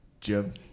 Jim